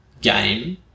game